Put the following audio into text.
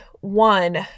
one